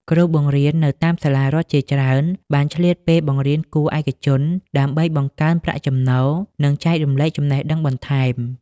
គ្រូបង្រៀននៅតាមសាលារដ្ឋជាច្រើនបានឆ្លៀតពេលបង្រៀនគួរឯកជនដើម្បីបង្កើនប្រាក់ចំណូល និងចែករំលែកចំណេះដឹងបន្ថែម។